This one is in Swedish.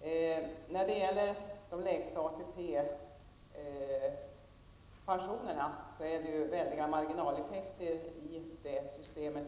vill jag säga att när det gäller de lägsta ATP-pensionerna finns det i dag väldiga marginaleffekter inom detta system.